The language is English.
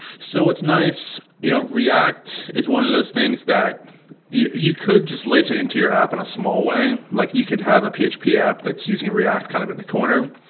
so what's nice, you know, react is one of those things that you you could just lace ah into your app in a small way. like you could have a php yeah app that's using react kind of in the corner.